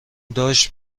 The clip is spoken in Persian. داشت